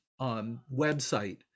website